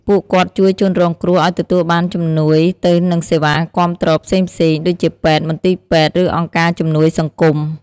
ពួកគាត់ជួយជនរងគ្រោះឲ្យទទួលបានជំនួយទៅនឹងសេវាគាំទ្រផ្សេងៗ ដូចជាពេទ្យ មន្ទីរពេទ្យ ឬអង្គការជំនួយសង្គម។